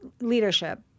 leadership